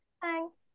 Thanks